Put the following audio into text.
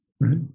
right